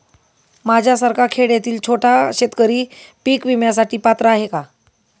माझ्यासारखा खेड्यातील छोटा शेतकरी पीक विम्यासाठी पात्र आहे का?